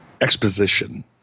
exposition